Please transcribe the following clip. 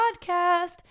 podcast